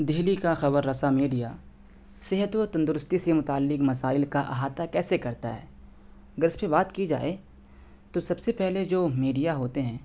دہلی کا خبر رساں میڈیا صحت و تندرستی سے متعلق مسائل کا احاطہ کیسے کرتا ہے اگر اس پہ بات کی جایے تو سب سے پہلے جو میڈیا ہوتے ہیں